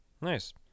nice